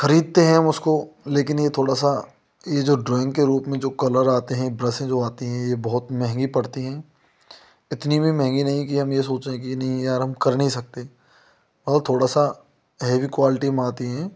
खरीदते हैं हम उसको लेकिन यह थोड़ा सा यह जो ड्रॉइंग के रूप में जो कलर आते हैं ब्रशे जो आते हैं यह बहुत महँगी पड़ती है इतनी भी महँगी नहीं कि हम यह सोचे की नहीं यार हम कर नहीं सकते और थोड़ा सा हैवी क्वालिटी में आती है